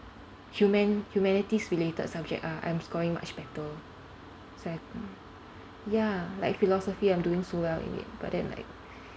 humans humanities related subject ah I'm scoring much better so I ya like philosophy I'm doing so well in it but then like